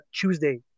Tuesday